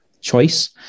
choice